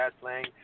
playing